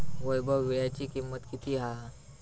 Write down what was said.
वैभव वीळ्याची किंमत किती हा?